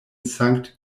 sankt